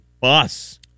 bus